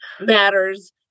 matters